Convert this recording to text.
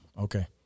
Okay